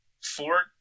four